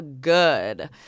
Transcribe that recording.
good